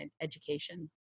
education